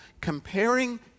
comparing